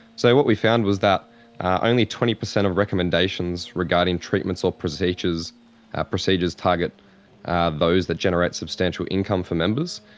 so what we found was that only twenty percent of recommendations regarding treatments or procedures ah procedures target those that generate substantial income for members,